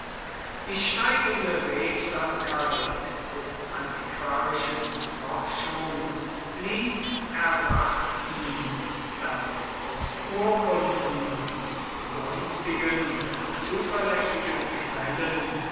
die steigende regsamkeit der antiquarischen forschung ließ erwarten daß aus urkunden und sonstigen zuverlässigen quellen